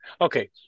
Okay